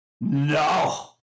No